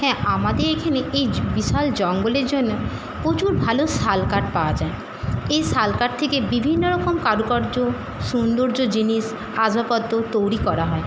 হ্যাঁ আমাদের এইখেনে এই বিশাল জঙ্গলের জন্য প্রচুর ভালো শাল কাঠ পাওয়া যায় এই শাল কাঠ থেকে বিভিন্ন রকম কারুকার্য সুন্দর জিনিস আসবাবপত্র তৈরি করা হয়